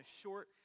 short